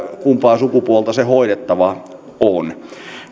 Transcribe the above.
kumpaa sukupuolta se hoidettava on